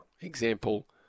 Example